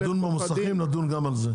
כשנדון במוסכים נדון גם בזה.